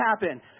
happen